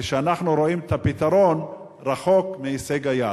כאשר אנחנו רואים את הפתרון רחוק מהישג היד,